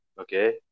Okay